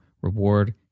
reward